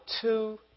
two